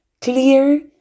clear